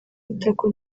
itako